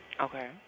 Okay